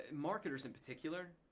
marketers in particular,